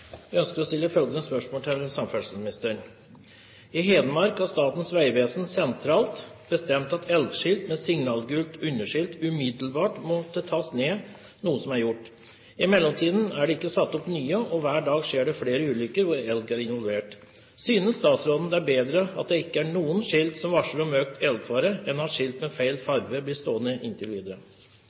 samferdselsministeren: «I Hedmark har Statens vegvesen sentralt bestemt at elgskilt med signalgult underskilt umiddelbart måtte tas ned, noe som er gjort. I mellomtiden er det ikke satt opp nye, og hver dag skjer det flere ulykker hvor elg er involvert. Synes statsråden det er bedre at det ikke er noen skilt som varsler om økt elgfare, enn at skilt med feil farge blir stående inntil